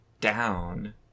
down